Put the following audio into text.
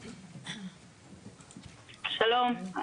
שלום.